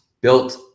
built